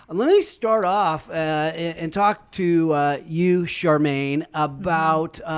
and let me start off and talk to you, charmaine, about